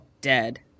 dead